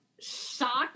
shocked